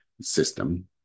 system